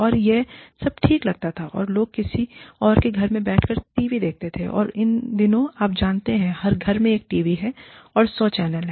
और यह सब ठीक लगता था और लोग किसी और के घर में बैठकर टीवी देखते थे और इन दिनों आप जानते हैं हर घर में एक टीवी और सौ चैनल है